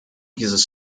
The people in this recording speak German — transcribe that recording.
dieses